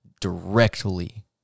directly